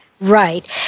Right